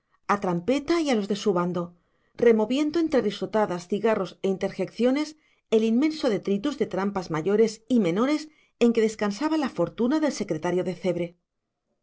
el escalpelo a trampeta y a los de su bando removiendo entre risotadas cigarros e interjecciones el inmenso detritus de trampas mayores y menores en que descansaba la fortuna del secretario de cebre